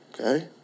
okay